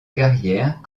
carrière